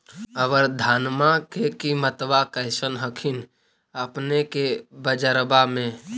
अबर धानमा के किमत्बा कैसन हखिन अपने के बजरबा में?